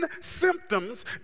symptoms